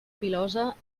pilosa